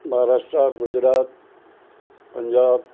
Maharashtra Gujarat Punjab